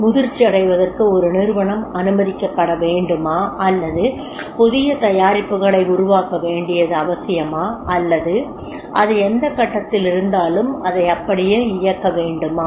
முதிர்ச்சியடைவதற்கு ஒரு நிறுவனம் அனுமதிக்கப்பட வேண்டுமா அல்லது புதிய தயாரிப்புகளை உருவாக்க வேண்டியது அவசியமா அல்லது அது எந்த கட்டத்தில் இருந்தாலும் அதை அப்படியே இயக்க வேண்டுமா